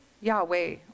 Yahweh